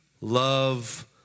love